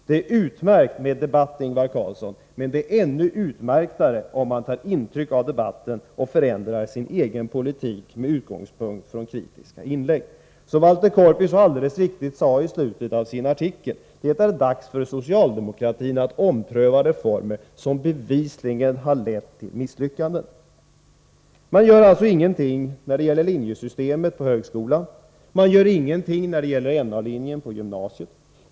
Det är utmärkt med debatt, Ingvar Carlsson, men det är ännu mer utmärkt om man tar intryck av debatten och förändrar sin egen politik med utgångspunkt i de kritiska inläggen. Walter Korpi konstaterar i slutet av sin artikel så riktigt att det är dags för socialdemokratin att tänka om, när reformerna nu uppenbarligen har lett till misslyckanden. Men socialdemokratin gör ingenting när det gäller linjesystemet på högskolan, och man gör ingenting när det gäller NA-linjen på gymnasiet.